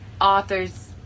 authors